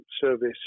service